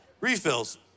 Refills